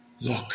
Look